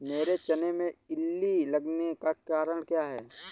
मेरे चने में इल्ली लगने का कारण क्या है?